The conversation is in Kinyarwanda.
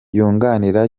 yunganira